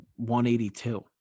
182